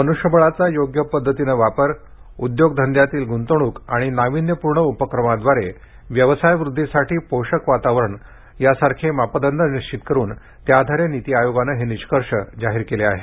मन्ष्यबळाचा योग्य पद्धतीनं वापर उद्योगधंदयातील ग्ंतवणूक आणि नाविन्यपूर्ण उपक्रमाद्वारे व्यवसायवृद्धीसाठी पोषक वातावरण यासारखे मापदंड निश्चित करून त्याआधारे नीती आयोगाने हे निष्कर्ष जाहीर केले आहेत